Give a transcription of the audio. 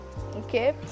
okay